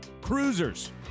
Cruisers